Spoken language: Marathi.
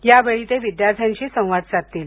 यावेळी ते विद्यार्थ्यांशी संवाद साधतील